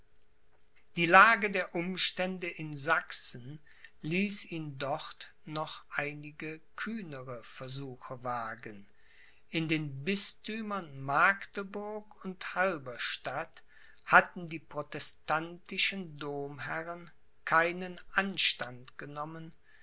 die lage der umstände in sachsen ließ ihn dort noch einige kühnere versuche wagen in den bisthümern magdeburg und halberstadt hatten die protestantischen domherren keinen anstand genommen